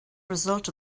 result